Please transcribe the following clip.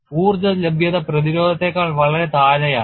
ഊർജ്ജ ലഭ്യത പ്രതിരോധത്തെക്കാൾ വളരെ താഴെയാണ്